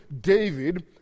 David